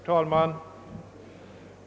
Herr talman!